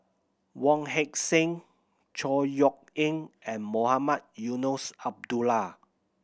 Wong Heck Sing Chor Yeok Eng and Mohamed Eunos Abdullah